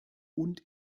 und